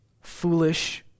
foolish